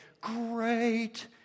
Great